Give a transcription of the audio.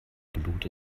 blut